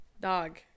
dog